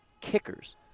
kickers